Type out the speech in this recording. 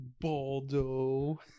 Baldo